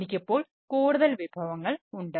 എനിക്കിപ്പോൾ കൂടുതൽ വിഭവങ്ങൾ ഉണ്ട്